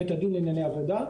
בית הדין לענייני עבודה.